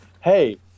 hey